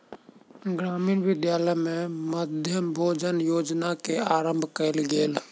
ग्रामीण विद्यालय में मध्याह्न भोजन योजना के आरम्भ कयल गेल